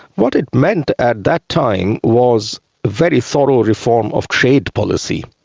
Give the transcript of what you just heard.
what it meant at that time was very thorough reform of trade policy,